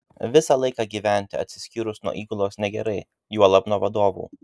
visą laiką gyventi atsiskyrus nuo įgulos negerai juolab nuo vadovų